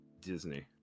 Disney